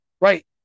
right